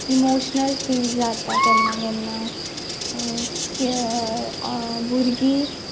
emotional feel जाता केन्ना केन्ना भुरगीं